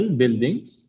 buildings